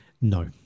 No